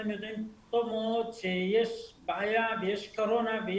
אתם יודעים טוב מאוד שיש בעיה ויש קורונה,